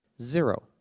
Zero